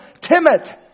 timid